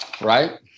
right